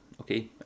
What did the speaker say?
Okay